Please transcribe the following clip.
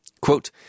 Quote